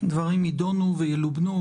דברים יידונו וילובנו.